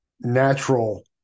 natural